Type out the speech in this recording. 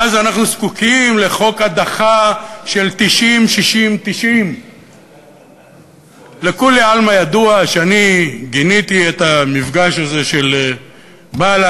ואז אנחנו זקוקים לחוק הדחה של 90-60-90. לכולי עלמא ידוע שגיניתי את המפגש הזה של בל"ד